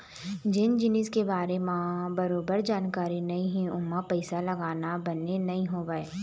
जेन जिनिस के बारे म बरोबर जानकारी नइ हे ओमा पइसा लगाना बने नइ होवय